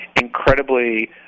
incredibly